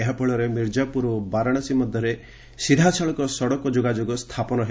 ଏହାଫଳରେ ମିର୍ଜାପୁର ଓ ବାରାଣସୀ ମଧ୍ୟରେ ସିଧାସଳଖ ସଡକ ଯୋଗାଯୋଗ ସ୍ଥାପନ ହେବ